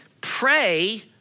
pray